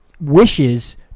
wishes